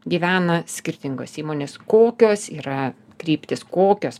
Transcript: gyvena skirtingos įmonės kokios yra kryptys kokios